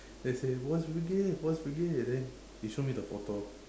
then he said boy's brigade boy's brigade then he show me the photo